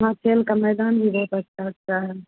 वहाँ खेल का मैदान भी बहुत अच्छा अच्छा है